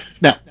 now